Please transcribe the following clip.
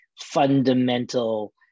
fundamental